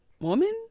woman